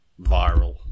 viral